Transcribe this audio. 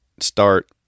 start